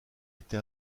été